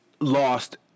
lost